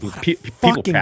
People